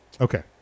Okay